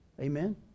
Amen